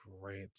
great